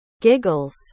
Giggles